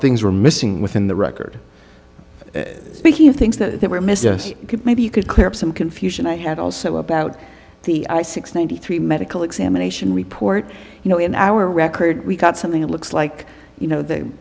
things were missing within the record speaking of things that were missed maybe you could clear up some confusion i have also about the i six ninety three medical examination report you know in our record we've got something that looks like you know the